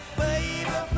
baby